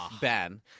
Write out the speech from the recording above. Ben